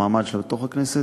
במעמד שלה בתוך הכנסת,